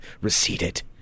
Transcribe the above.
receded